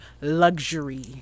Luxury